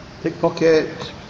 pickpocket